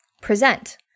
present